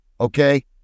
Okay